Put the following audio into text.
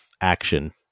action